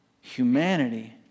humanity